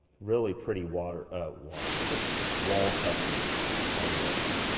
really pretty water water wall coverings on this.